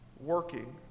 working